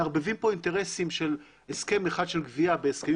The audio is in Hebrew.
מערבבים פה אינטרסים של הסכם אחד של גבייה בהסכמים